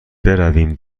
برویم